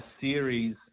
series